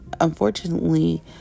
unfortunately